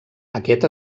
aquest